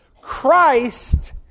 Christ